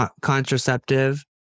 contraceptive